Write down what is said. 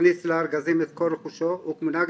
הכניס לארגזים את כל רכושו וכמנהג